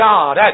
God